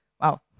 Wow